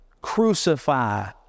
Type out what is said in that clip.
Crucify